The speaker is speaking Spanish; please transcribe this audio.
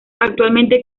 actualmente